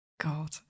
God